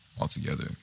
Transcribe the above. altogether